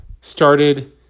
started